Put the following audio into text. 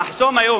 המחסום היום,